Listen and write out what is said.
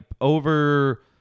over